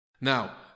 Now